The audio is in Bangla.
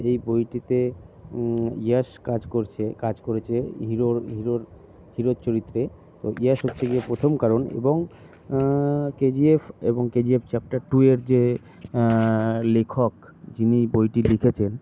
এই বইটিতে ইয়াশ কাজ করছে কাজ করেছে হিরোর হিরোর হিরোর চরিত্রে তো ইয়াশ হচ্ছে গিয়ে প্রথম কারণ এবং কেজিএফ এবং কেজিএফ চ্যাপ্টার টু এর যে লেখক যিনি বইটি লিখেছেন